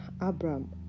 Abram